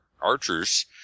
archers